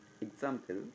Example